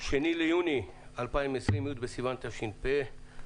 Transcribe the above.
2 ביוני 2020, י' בסיון התש"ף.